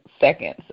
seconds